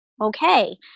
okay